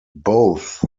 both